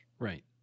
Right